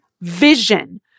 vision